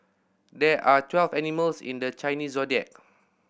there are twelve animals in the Chinese Zodiac